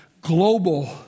global